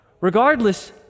Regardless